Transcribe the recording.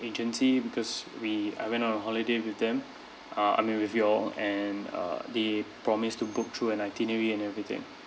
agency because we I went on a holiday with them uh I mean with y'all and uh they promised to book through an itinerary and everything